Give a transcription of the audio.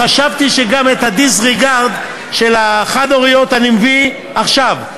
חשבתי שגם את ה-disregard של החד-הוריות אני מביא עכשיו.